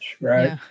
right